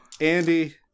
Andy